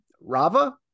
Rava